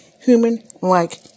human-like